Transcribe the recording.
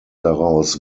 daraus